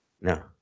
No